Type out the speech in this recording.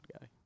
guy